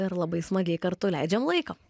ir labai smagiai kartu leidžiam laiką